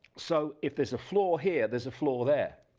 so if there's a flaw here, there's a flaw there,